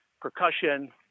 percussion